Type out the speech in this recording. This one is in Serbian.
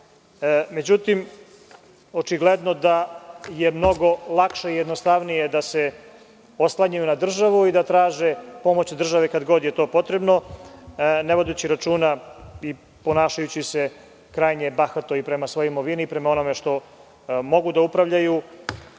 Međutim, očigledno da je mnogo lakše i jednostavnije da se oslanjaju na državu i da traže pomoć od države kad god je to potrebno, ne vodeći računa i ponašajući se krajnje bahato prema svojoj imovini i prema onome što mogu da upravljaju.